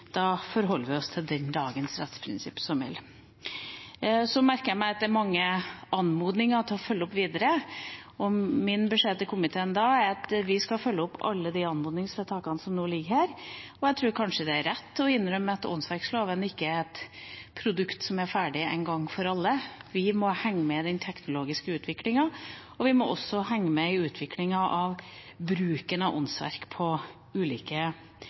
Da forholder vi oss til at det er dagens rettsprinsipp som gjelder. Jeg merker meg at det er mange anmodninger om å følge opp videre. Min beskjed til komiteen er at vi skal følge opp alle anmodningsvedtakene som ligger her. Jeg tror det er rett å innrømme at åndsverkloven ikke er et produkt som er ferdig en gang for alle. Vi må henge med i den teknologiske utviklingen, og vi må også henge med i utviklingen av bruken av åndsverk på ulike